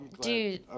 dude